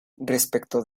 respecto